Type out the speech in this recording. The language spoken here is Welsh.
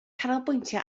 canolbwyntio